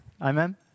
Amen